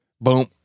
Boom